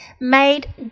made